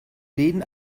läden